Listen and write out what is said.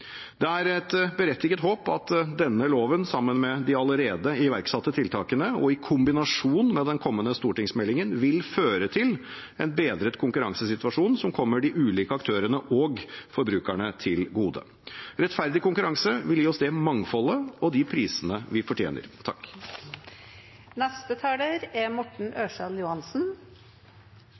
Det er et berettiget håp at denne loven, sammen med de allerede iverksatte tiltakene og i kombinasjon med den kommende stortingsmeldingen, vil føre til en bedret konkurransesituasjon som kommer de ulike aktørene og forbrukerne til gode. Rettferdig konkurranse vil gi oss det mangfoldet og de prisene vi fortjener.